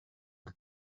the